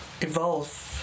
Evolve